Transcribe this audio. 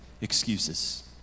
excuses